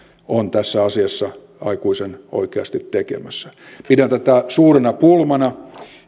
on tässä asiassa aikuisten oikeasti tekemässä pidän tätä suurena pulmana